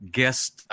Guest